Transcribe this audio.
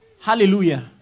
Hallelujah